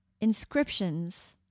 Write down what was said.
inscriptions